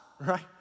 right